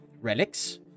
relics